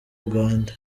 uganda